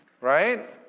Right